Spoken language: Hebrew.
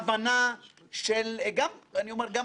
וראוי שהדברים האלה יובהרו.